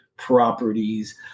properties